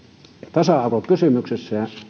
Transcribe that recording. tasa arvokysymyksenä